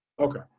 Okay